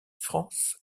france